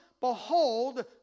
behold